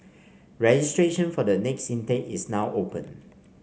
registration for the next intake is now open